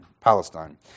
Palestine